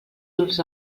llurs